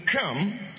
come